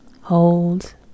Hold